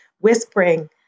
whispering